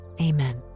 amen